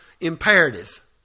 imperative